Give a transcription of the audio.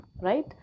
Right